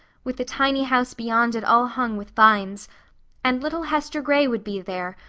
with the tiny house beyond it all hung with vines and little hester gray would be there,